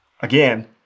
again